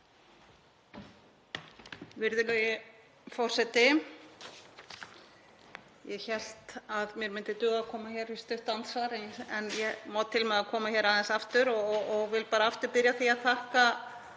Virðulegi forseti. Ég hélt að mér myndi duga að koma í stutt andsvar en ég má til með að koma aðeins aftur og vil aftur byrja á því að þakka